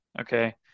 Okay